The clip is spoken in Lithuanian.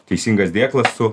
teisingas dėklas su